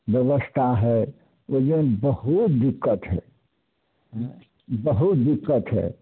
बेबस्था हइ ओहिजग बहुत दिक्कत हइ बहुत दिक्कत हइ